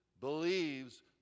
believes